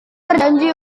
berjanji